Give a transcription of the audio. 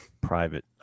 private